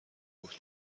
بود